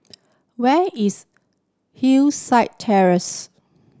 where is Hillside Terrace